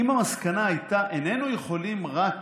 המסקנה הייתה: איננו יכולים רק